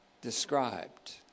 described